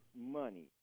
money